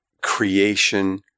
creation